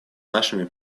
нашими